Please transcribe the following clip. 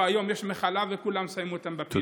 היום יש מחלה וכולם שמים אותם בפינה.